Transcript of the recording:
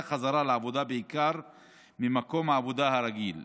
חזרה לעבודה בעיקר למקום העבודה הרגיל,